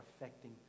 affecting